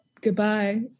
Goodbye